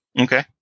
Okay